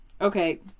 okay